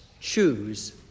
Choose